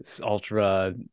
ultra